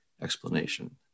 explanation